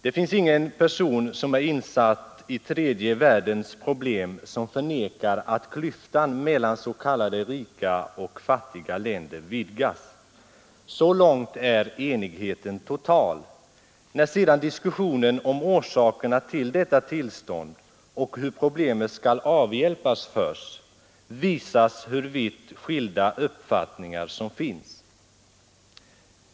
Det finns ingen person som är insatt i tredje världens problem som förnekar att klyftan mellan s.k. rika och fattiga länder vidgas. Så långt är enigheten total. När sedan diskussionen förs om orsakerna till detta tillstånd och om hur problemet skall avhjälpas, visar det sig hur vitt skilda uppfattningar som finns.